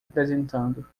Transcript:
apresentando